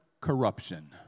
corruption